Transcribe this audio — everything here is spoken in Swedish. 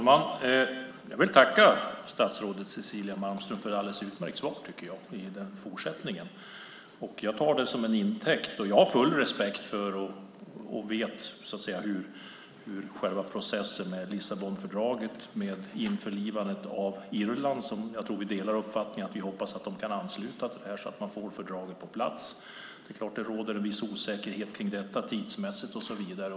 Fru talman! Jag vill tacka statsrådet Cecilia Malmström för ett alldeles utmärkt svar i detta senaste inlägg. Jag tar det som en intäkt och har full respekt för och känner till själva processen med Lissabonfördraget. Vad gäller införlivandet av Irland tror jag att vi delar uppfattningen att de ska ansluta sig till detta så att vi får fördraget på plats. Det är klart att det råder viss osäkerhet kring det tidsmässigt och så vidare.